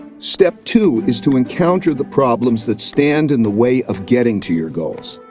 step two is to encounter the problems that stand in the way of getting to your goals.